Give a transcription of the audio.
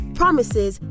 promises